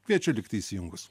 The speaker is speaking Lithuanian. kviečiu likti įsijungus